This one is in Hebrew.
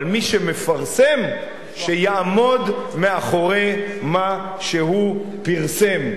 אבל מי שמפרסם שיעמוד מאחורי מה שהוא פרסם,